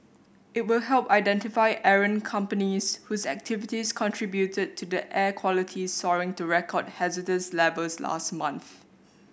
it will help identify errant companies whose activities contributed to the air quality soaring to record hazardous levels last month